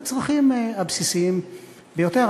בצרכים הבסיסיים ביותר.